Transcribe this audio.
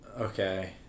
Okay